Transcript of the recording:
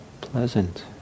pleasant